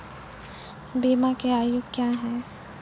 बीमा के आयु क्या हैं?